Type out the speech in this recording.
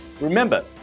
Remember